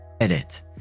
Edit